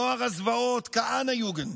נוער הזוועות כהנא-יוגנד,